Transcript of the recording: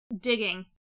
digging